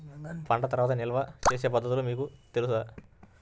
పంట తర్వాత నిల్వ చేసే పద్ధతులు మీకు తెలుసా?